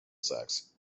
sex